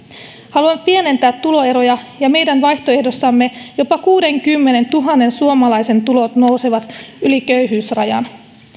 haluamme pienentää tuloeroja ja meidän vaihtoehdossamme jopa kuudenkymmenentuhannen suomalaisen tulot nousevat yli köyhyysrajan